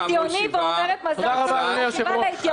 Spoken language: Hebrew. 7 נמנעים,